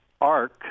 arc